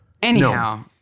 Anyhow